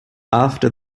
after